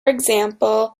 example